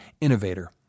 innovator